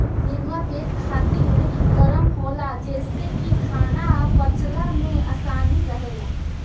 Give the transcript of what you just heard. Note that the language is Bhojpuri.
नेनुआ पेट खातिर गरम होला जेसे की खाना पचला में आसानी रहेला